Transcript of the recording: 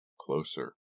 closer